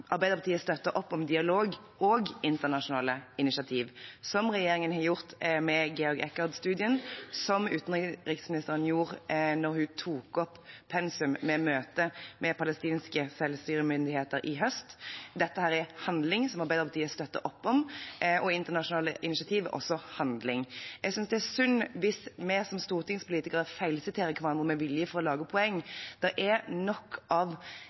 Arbeiderpartiet støtter opp om dialog og internasjonale initiativ, som regjeringen har gjort med Georg Eckert-studiet, som utenriksministeren gjorde da hun tok opp pensum i møte med palestinske selvstyremyndigheter i høst. Dette er handling som Arbeiderpartiet støtter opp om, og internasjonale initiativ er også handling. Jeg synes det er synd hvis vi som stortingspolitikere feilsiterer hverandre med vilje for å lage poeng. Det er nok av